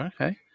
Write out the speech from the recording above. Okay